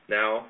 now